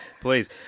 Please